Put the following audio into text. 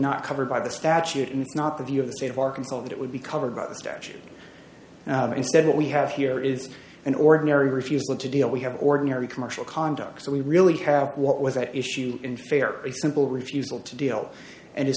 not covered by the statute and not the view of the state of arkansas that it would be covered by the statute instead what we have here is an ordinary refusal to deal we have ordinary commercial conduct so we really have what was at issue in fair a simple refusal to deal and it's